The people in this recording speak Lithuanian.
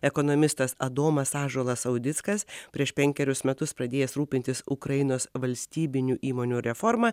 ekonomistas adomas ąžuolas audickas prieš penkerius metus pradėjęs rūpintis ukrainos valstybinių įmonių reforma